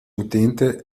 utente